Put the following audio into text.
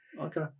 Okay